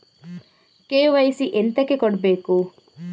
KYC ಎಂತಕೆ ಕೊಡ್ಬೇಕು?